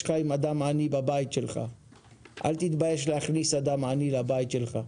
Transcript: לך בבית עם אדם עני ולא להתבייש להכניס אדם עני לבית שלך.